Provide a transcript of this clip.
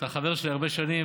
אתה חבר שלי הרבה שנים,